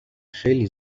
خیلی